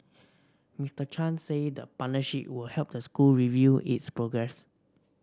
Mister Chan said the partnership would help the school review its progress